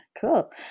Cool